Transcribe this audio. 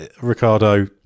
Ricardo